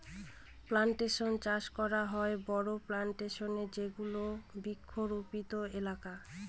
plantation চাষ করা হয় বড়ো প্লানটেশনে যেগুলো বৃক্ষরোপিত এলাকা